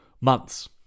Months